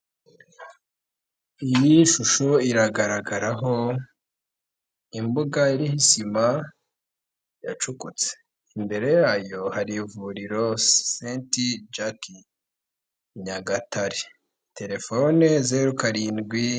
Iyi shusho iragaragaraho imbuga iriho isima yacukutse, imbere yayo hari Ivuriro St Jack Nyagatare, telefone zeru karindwi...